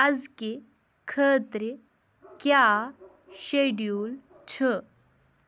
آزکہِ خٲطرٕ کیٛاہ شیٚڈیوٗل چھُ